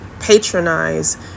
patronize